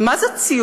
ומה זה ציונות